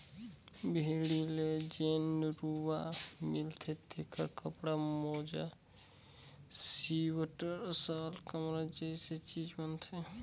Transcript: भेड़ी ले जेन रूआ मिलथे तेखर कपड़ा, मोजा सिवटर, साल, कमरा जइसे चीज बनथे